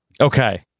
Okay